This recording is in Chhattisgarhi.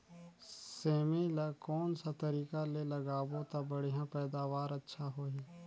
सेमी ला कोन सा तरीका ले लगाबो ता बढ़िया पैदावार अच्छा होही?